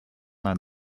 land